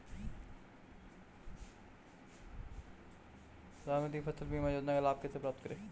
प्रधानमंत्री फसल बीमा योजना का लाभ कैसे प्राप्त करें?